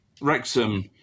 Wrexham